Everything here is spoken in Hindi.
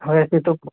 ऐसी तो